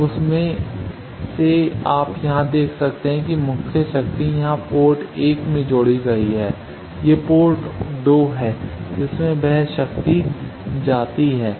अब उसमें से आप यहाँ देख सकते हैं कि मुख्य शक्ति यहाँ पोर्ट 1 में जोड़ी गई है यह पोर्ट 2 है जिसमें से वह शक्ति जाती है